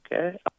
Okay